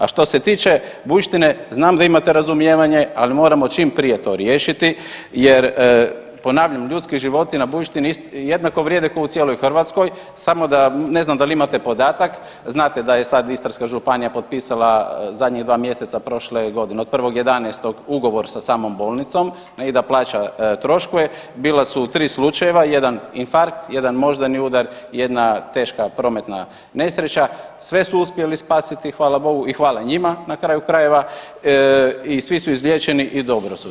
A što se tiče Bujštine znam da imate razumijevanje, ali moramo čim prije to riješiti jer ponavljam ljudski životi na Bujštini jednako vrijede kao u cijeloj Hrvatskoj samo ne znam dal imate podataka, znate da je sad Istarska županija popisala zadnjih dva mjeseca prošle godine od 1.11. ugovor sa samom bolnicom i da plaća troškove, bila su tri slučajeva, jedan infarkt, jedan moždani udar i jedna teška prometna nesreća, sve su uspjeli spasiti hvala Bogu i hvala njima na kraju krajeva i svi su izliječeni i dobro su.